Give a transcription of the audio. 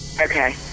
okay